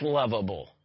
lovable